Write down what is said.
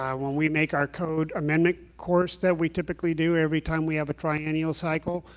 when we make our code amendment course that we typically do every time we have a triennial cycle,